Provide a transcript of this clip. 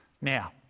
Now